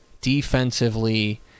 defensively